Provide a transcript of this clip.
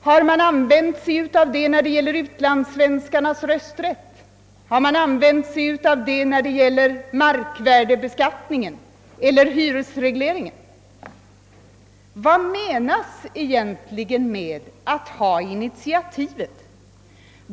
Har man använt sig av det när det gäller utlandssvenskarnas rösträtt, har man använt sig därav när det gäller markvärdebeskattningen eller hyresregleringen? Vad menas egentligen med att ha initiativet?